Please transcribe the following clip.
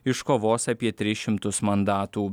iškovos apie tris šimtus mandatų